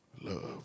love